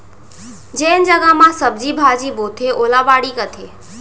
जेन जघा म सब्जी भाजी बोथें ओला बाड़ी कथें